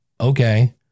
okay